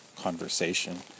conversation